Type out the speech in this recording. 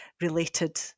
related